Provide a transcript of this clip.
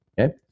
Okay